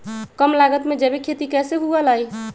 कम लागत में जैविक खेती कैसे हुआ लाई?